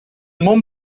món